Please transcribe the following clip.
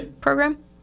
program